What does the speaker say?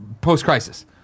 post-crisis